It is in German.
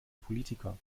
politiker